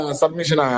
submission